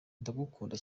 ndagukunda